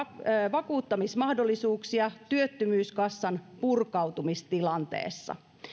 vakuuttamismahdollisuuksia työttömyyskassan purkautumistilanteessa